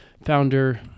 Founder